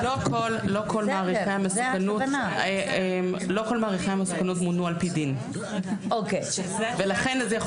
לא כל מעריכי המסוכנות מונו על פי דין ולכן זה יכול